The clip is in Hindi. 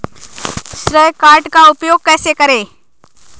श्रेय कार्ड का उपयोग कैसे करें?